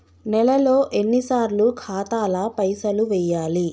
నెలలో ఎన్నిసార్లు ఖాతాల పైసలు వెయ్యాలి?